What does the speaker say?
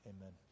amen